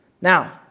Now